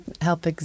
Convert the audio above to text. help